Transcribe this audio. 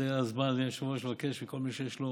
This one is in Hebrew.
זה הזמן, אדוני היושב-ראש, לבקש מכל מי שיש לו